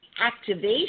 activation